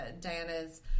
Diana's